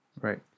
right